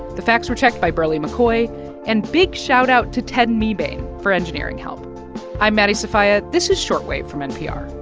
the facts were checked by berly mccoy and big shoutout to ted mebane for engineering help i'm maddie sofia. this is short wave from npr.